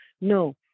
No